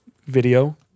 video